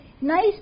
nice